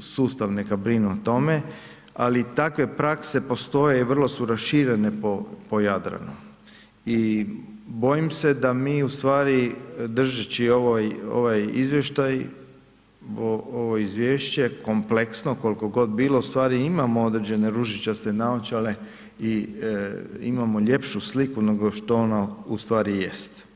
sustav neka brine o tome, ali takve prakse postoje i vrlo su raširene po Jadranu i bojim se da mi ustvari držeći ovaj, ovaj izvještaj, ovo izvješće kompleksno koliko god bilo ustvari imamo određene ružičaste naočale i imamo ljepšu sliku nego što ona u stvari jest.